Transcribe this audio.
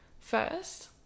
first